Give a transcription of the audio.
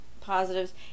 positives